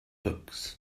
books